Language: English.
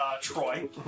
Troy